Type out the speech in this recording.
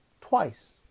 twice